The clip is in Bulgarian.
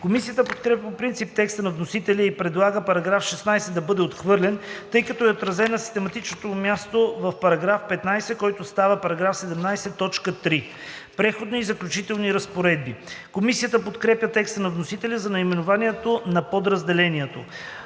Комисията подкрепя по принцип текста на вносителя и предлага § 16 да бъде отхвърлен, тъй като е отразен на систематичното му място в § 15, който става § 17, т. 3. „Преходни и заключителни разпоредби“. Комисията подкрепя текста на вносителя за наименованието на подразделението.